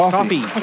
Coffee